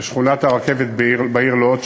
בשכונת-הרכבת בעיר לוד,